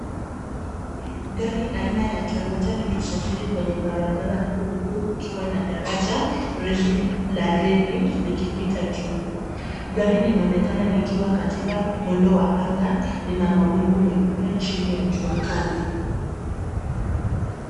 Gari aina ya Toyota likisafiri kwenye barabara kuu huku daraja refu la reli likipita juu . Gari linaonekana likiwa katika mwendo wa anga lina mawingu meupe chini ya jua kali.